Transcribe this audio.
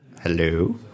Hello